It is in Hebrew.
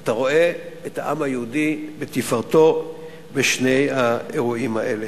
אתה רואה את העם היהודי בתפארתו בשני האירועים האלה.